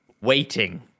waiting